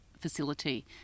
facility